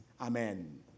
Amen